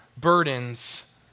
burdens